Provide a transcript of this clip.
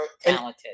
talented